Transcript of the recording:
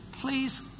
please